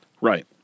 Right